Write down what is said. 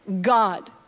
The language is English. God